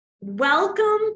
welcome